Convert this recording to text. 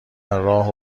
راهو